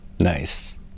Nice